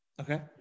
Okay